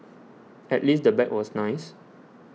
at least the bag was nice